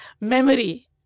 memory